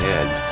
end